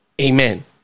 Amen